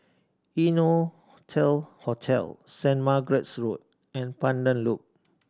Innotel Hotel Saint Margaret's Road and Pandan Loop